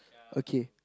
okay